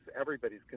everybody's